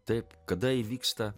taip kada įvyksta